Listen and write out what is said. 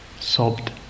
sobbed